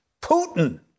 Putin